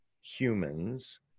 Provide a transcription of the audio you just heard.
humans